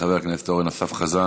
חבר הכנסת אורן אסף חזן,